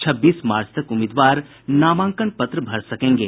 छब्बीस मार्च तक उम्मीदवार नामांकन पत्र भर सकेंगे